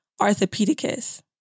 Arthopedicus